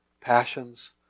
passions